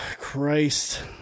Christ